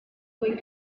going